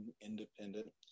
independent